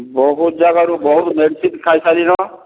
ବହୁତ୍ ଜାଗାରୁ ବହୁତ୍ ମେଡ଼ିସିନ୍ ଖାଇ ସାର୍ଲି ନ